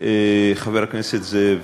חבר הכנסת זאב,